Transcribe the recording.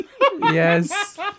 Yes